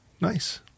nice